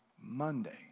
Monday